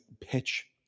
pitch